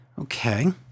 Okay